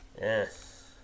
Yes